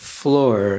floor